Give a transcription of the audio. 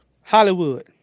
hollywood